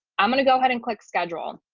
i'm going to go ahead and click schedule.